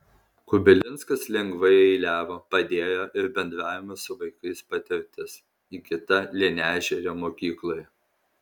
kubilinskas lengvai eiliavo padėjo ir bendravimo su vaikais patirtis įgyta lynežerio mokykloje